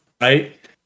right